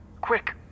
Quick